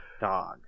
dog